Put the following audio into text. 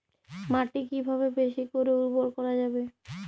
মাটি কিভাবে বেশী করে উর্বর করা যাবে?